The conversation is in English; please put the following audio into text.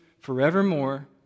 forevermore